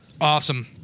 Awesome